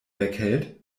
weghält